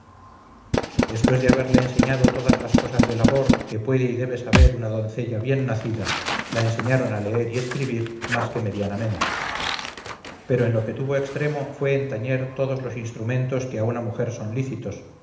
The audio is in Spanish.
después de haberle enseñado todas las cosas de labor que puede y debe saber una doncella bien nacida la enseñaron a leer y escribir más que medianamente pero en lo que tuvo extremo fue en tañer todos los instrumentos que a una mujer son lícitos